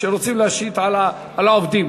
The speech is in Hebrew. שרוצים להשית על העובדים.